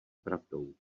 pravdou